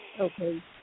Okay